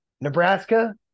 Nebraska